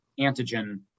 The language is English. antigen